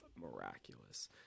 miraculous